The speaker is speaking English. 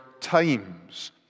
times